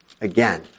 again